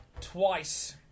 Twice